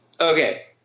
okay